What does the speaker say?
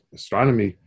astronomy